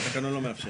התקנון לא מאפשר.